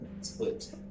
split